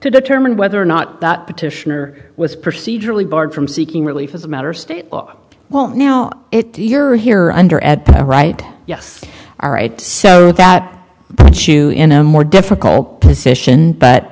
to determine whether or not that petitioner was procedurally barred from seeking relief as a matter of state law well now you're here under at the right yes all right so that puts you in a more difficult position but